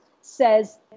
says